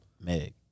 Meg